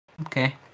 Okay